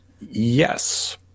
Yes